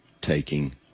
taking